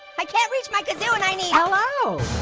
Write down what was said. i can't reach my kazoo and i need. hello,